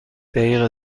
دقیقه